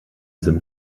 sim